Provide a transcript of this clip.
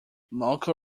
local